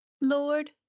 Lord